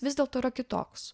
vis dėlto yra kitoks